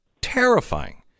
terrifying